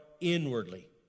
inwardly